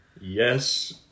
Yes